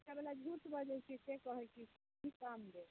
बेचऽबला झूठ बजैत छै से कहैत छी कि काम देत